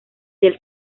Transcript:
del